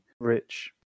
rich